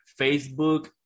Facebook